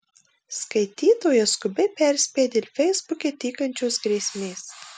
skaitytoja skubiai perspėja dėl feisbuke tykančios grėsmės